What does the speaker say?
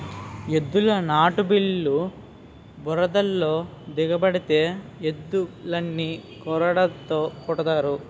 ఎద్దుల నాటుబల్లు బురదలో దిగబడితే ఎద్దులని కొరడాతో కొడతారు